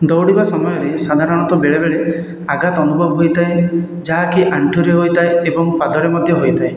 ଦୌଡ଼ିବା ସମୟରେ ସାଧାରଣତଃ ବେଳେ ବେଳେ ଆଘାତ ଅନୁଭବ ହୋଇଥାଏ ଯାହାକି ଆଣ୍ଠୁରେ ହୋଇଥାଏ ଏବଂ ପାଦରେ ମଧ୍ୟ ହୋଇଥାଏ